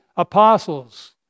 apostles